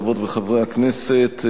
חברות וחברי הכנסת,